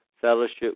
fellowship